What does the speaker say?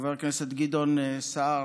וחבר הכנסת גדעון סער,